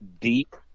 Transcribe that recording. deep